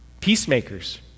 Peacemakers